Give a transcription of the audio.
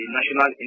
National